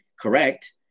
correct